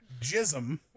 Jism